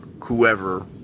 whoever